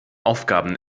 aufgaben